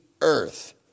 earth